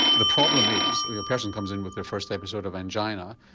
the problem is a person comes in with their first episode of angina,